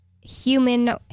human